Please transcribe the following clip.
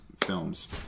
films